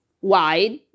wide